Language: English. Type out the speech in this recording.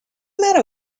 matter